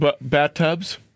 bathtubs